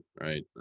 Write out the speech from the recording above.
right